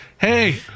Hey